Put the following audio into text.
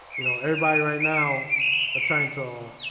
you know everybody right now or trying to